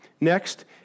Next